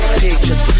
pictures